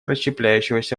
расщепляющегося